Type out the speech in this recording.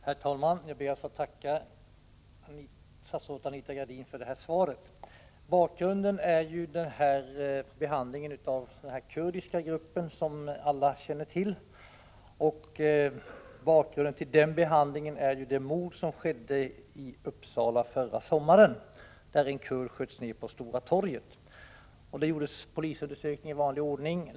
Herr talman! Jag ber att få tacka statsrådet Anita Gradin för svaret. Anledningen till att jag ställt frågan är behandlingen av den kurdiska grupp som alla känner till. Bakgrunden till denna behandling är det mord som skedde i Uppsala förra sommaren, då en kurd sköts ner på Stora torget. Det gjordes en polisundersökning i vanlig ordning.